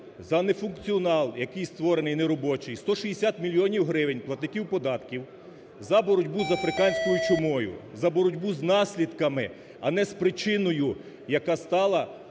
за нефункціонал, який створений, неробочий, 160 мільйонів гривень платників податків за боротьбу з африканською чумою, за боротьбу з наслідками, а не з причиною, яка стала